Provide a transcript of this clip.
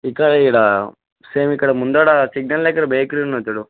ఇక్కడ ఇడా సేమ్ ఇక్కడ ముందడ సిగ్నల్ దగ్గర బేకరీ ఉన్నది చూడు